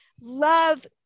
Love